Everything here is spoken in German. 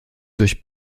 durch